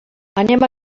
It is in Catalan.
anem